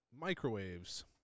microwaves